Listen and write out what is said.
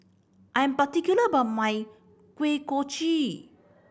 I am particular about my Kuih Kochi